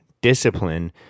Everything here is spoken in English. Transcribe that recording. discipline